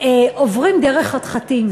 עוברים דרך חתחתים.